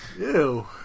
Ew